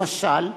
למשל,